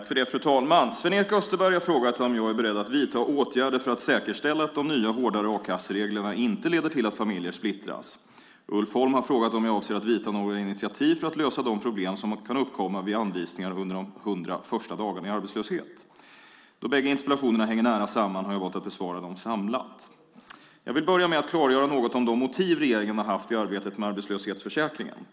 Fru talman! Sven-Erik Österberg har frågat om jag är beredd att vidta åtgärder för att säkerställa att de nya hårdare a-kassereglerna inte leder till att familjer splittras. Ulf Holm har frågat om jag avser att vidta några initiativ för att lösa de problem som kan uppkomma vid anvisningar under de 100 första dagarna i arbetslöshet. Då bägge interpellationerna hänger nära samman har jag valt att besvara dem samlat. Jag vill börja med att klargöra något om de motiv regeringen har haft i arbetet med arbetslöshetsförsäkringen.